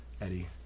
Eddie